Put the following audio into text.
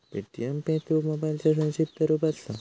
Paytm pay through मोबाईलचा संक्षिप्त रूप असा